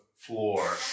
floor